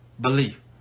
belief